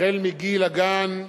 החל מגיל הגן,